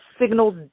signals